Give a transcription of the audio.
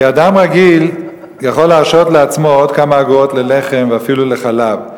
אדם רגיל יכול להרשות לעצמו עוד כמה אגורות ללחם ואפילו לחלב,